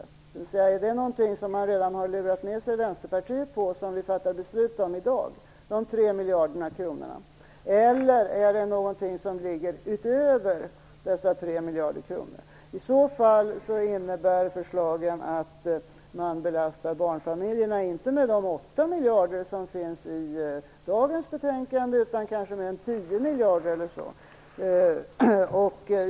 Är de 3 miljarderna alltså något som man redan har lurat med sig Vänsterpartiet på och som vi fattar beslut om i dag, eller är det fråga om något som ligger utöver dessa 3 miljarder kronor? I så fall innebär förslagen att man belastar barnfamiljerna inte med de 8 miljarderna i dagens betänkande utan kanske med 10 miljarder kronor eller något sådant.